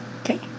Okay